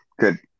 good